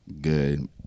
Good